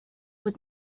was